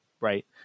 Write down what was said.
right